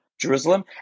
Jerusalem